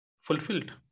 fulfilled